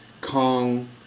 Kong